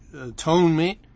atonement